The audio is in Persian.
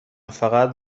فقط